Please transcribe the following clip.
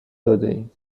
دادهایم